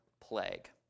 plague